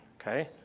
okay